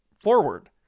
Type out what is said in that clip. forward